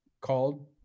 called